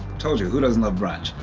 told you, who doesn't love brunch,